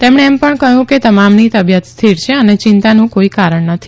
તેમણે એમ પણ કહ્યું કે તમામની તબિયત સ્થિર છે અને ચિંતાનું કોઇ કારણ નથી